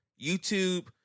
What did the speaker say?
YouTube